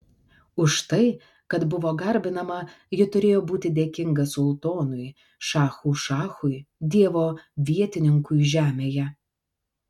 už tai kad buvo garbinama ji turėjo būti dėkinga sultonui šachų šachui dievo vietininkui žemėje